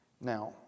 Now